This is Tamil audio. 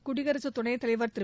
குடியரசுதுணைத்தலைவர் திரு